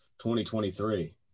2023